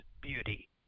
beauty